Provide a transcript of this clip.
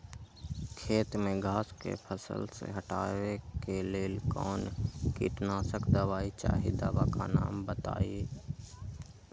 खेत में घास के फसल से हटावे के लेल कौन किटनाशक दवाई चाहि दवा का नाम बताआई?